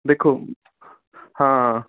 ਦੇਖੋ ਹਾਂ